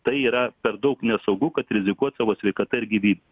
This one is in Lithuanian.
tai yra per daug nesaugu kad rizikuot savo sveikata gyvybe